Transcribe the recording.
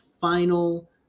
final